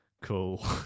Cool